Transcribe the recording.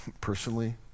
Personally